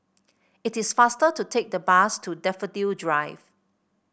it is faster to take the bus to Daffodil Drive